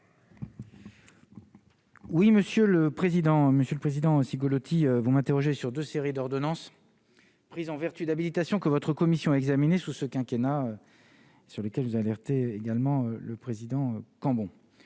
Monsieur le Président, Cigolotti vous m'interrogez sur 2 séries d'ordonnances prises en vertu d'habitation que votre commission examiné sous ce quinquennat sur lesquels vous alerter également le président Cambon